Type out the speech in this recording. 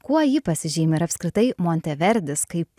kuo ji pasižymi ir apskritai monteverdis kaip